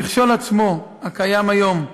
המכשול עצמו, הקיים היום,